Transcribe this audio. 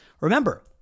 Remember